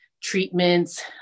treatments